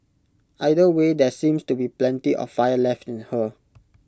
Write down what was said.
either way there seems to be plenty of fire left in her